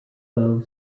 low